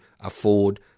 afford